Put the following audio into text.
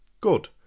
good